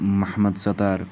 Mohammad Sattar